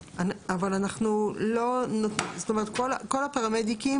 אנחנו חושבים שהמקצוע לא יכול להישאר פרמדיק,